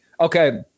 Okay